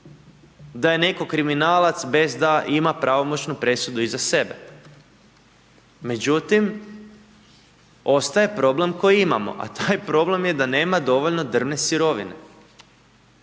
da je netko kriminalac bez da ima pravomoćnu presudu iza sebe. Međutim, ostaje problem koji imamo, a taj problem je da nema dovoljno drvne sirovine.